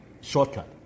shortcut